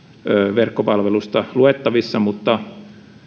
verkkopalvelusta luettavissa